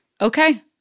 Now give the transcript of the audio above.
Okay